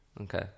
Okay